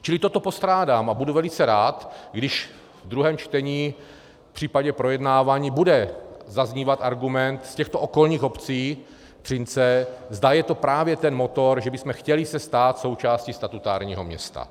Čili toto postrádám a budu velice rád, když v druhém čtení v případě projednávání bude zaznívat argument z těchto okolních obcí Třince, zda je to právě ten motor, že bychom se chtěli stát součástí statutárního města.